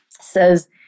says